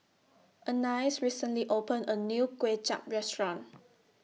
Anais recently opened A New Kway Chap Restaurant